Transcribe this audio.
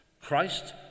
Christ